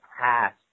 past